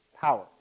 Power